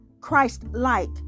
Christ-like